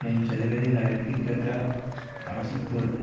నేను చదివేది నా వ్యక్తిగత